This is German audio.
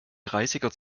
dreißiger